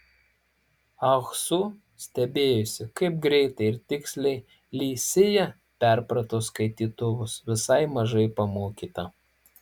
ah su stebėjosi kaip greitai ir tiksliai li sija perprato skaitytuvus visai mažai pamokyta